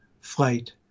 flight